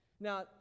Now